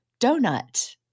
donut